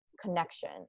connection